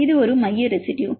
இது ஒரு மைய ரெசிடுயு